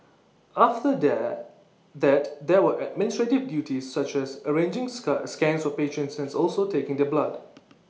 after there that there were administrative duties such as arranging scan scans for patients and also taking their blood